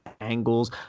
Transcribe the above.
angles